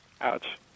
Ouch